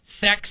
sex